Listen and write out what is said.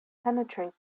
penetrate